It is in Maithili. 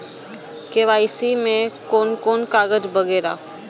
के.वाई.सी में कोन कोन कागज वगैरा?